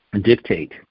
dictate